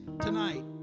tonight